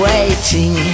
Waiting